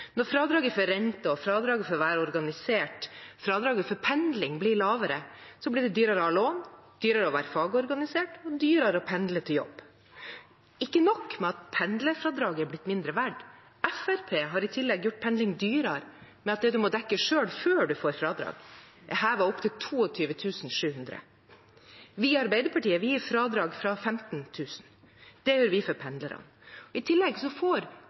Når fradraget for renter, fradraget for å være organisert og fradraget for pendling blir lavere, blir det dyrere å ha lån, dyrere å være fagorganisert og dyrere å pendle til jobb. Ikke nok med at pendlerfradraget er blitt mindre verdt: Fremskrittspartiet har i tillegg gjort pendling dyrere ved at det en må dekke selv før en får fradrag, er hevet til 22 700 kr. Vi i Arbeiderpartiet gir fradrag fra 15 000 kr. Det gjør vi for pendlerne. I tillegg får